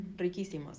riquísimos